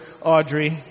Audrey